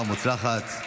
ומוצלחת.